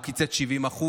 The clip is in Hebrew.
הוא קיצץ 70%,